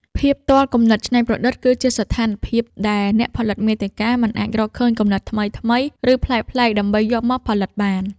ភាពទាល់គំនិតច្នៃប្រឌិត គឺជាស្ថានភាពដែលអ្នកផលិតមាតិកាមិនអាចរកឃើញគំនិតថ្មីៗ ឬប្លែកៗដើម្បីយកមកផលិតបាន។